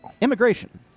immigration